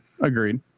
Agreed